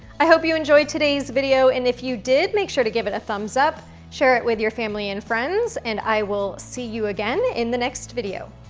i hope you enjoyed today's video and if you did, make sure to give it a thumbs up, share it with your family and friends, and i will see you again in the next video.